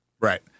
Right